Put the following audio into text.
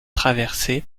traversée